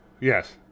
Yes